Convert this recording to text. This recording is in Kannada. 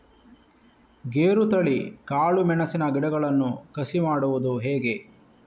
ಗೇರುತಳಿ, ಕಾಳು ಮೆಣಸಿನ ಗಿಡಗಳನ್ನು ಕಸಿ ಮಾಡುವುದು ಹೇಗೆ?